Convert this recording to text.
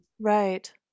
right